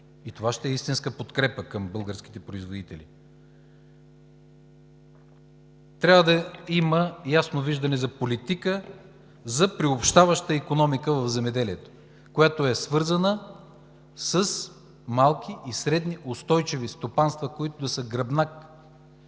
и това ще е истинска подкрепа към българските производители. Трябва да има ясно виждане за политика за приобщаваща икономика в земеделието, която е свързана с малки и средни устойчиви стопанства, които да са гръбнак